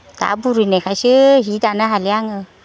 दा बुरिनायखायसो हि दानो हालिया आङो